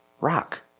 rock